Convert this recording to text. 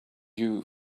you